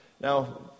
Now